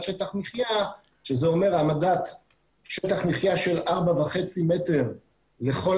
שטח מחיה שזה אומר העמדת שטח מחיה של 4.5 מטרים לכל